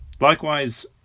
Likewise